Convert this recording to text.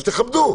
אז תכבדו.